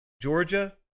Georgia